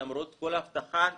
למרות כל ההבטחה,